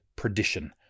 perdition